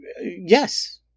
Yes